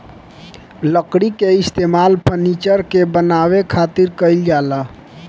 लकड़ी के इस्तेमाल फर्नीचर के बानवे खातिर कईल जाला